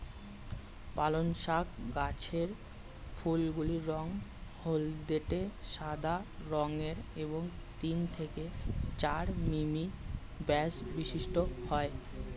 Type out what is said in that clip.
পালং শাক গাছের ফুলগুলি রঙ হলদেটে সাদা রঙের এবং তিন থেকে চার মিমি ব্যাস বিশিষ্ট হয়